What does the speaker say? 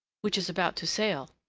which is about to sail.